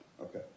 Okay